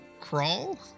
crawl